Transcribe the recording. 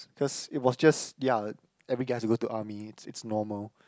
cause it was just ya every guys will go to army it's normal